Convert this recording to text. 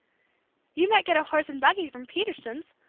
you might get a horse and buggy from peterson's,